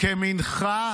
כמנחה